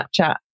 Snapchat